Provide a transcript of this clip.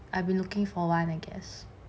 I've been looking for one I guess